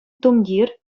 тумтир